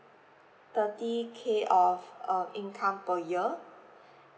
thirty K of um income per year